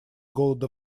голода